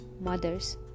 mothers